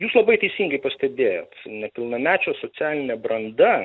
jūs labai teisingai pastebėjot nepilnamečio socialinė branda